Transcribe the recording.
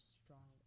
strong